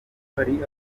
gusimbura